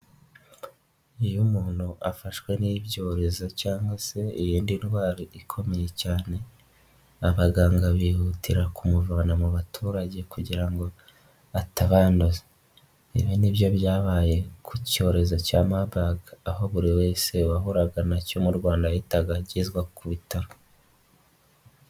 Iyo umuntu afashwe n'ibyorezo cyangwa se iyindi ndwara ikomeye cyane abaganga bihutira kumuvana mu baturage kugira ngo atabanduza, ibi ni byo byabaye ku cyorezo cya Marburg aho buri wese wahuraga na cyo mu Rwanda yahitaga agezwa ku bitaro.